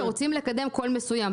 שרוצים לקדם קול מסוים.